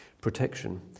protection